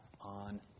on